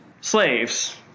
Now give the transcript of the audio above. slaves